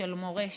של מורשת.